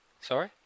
Sorry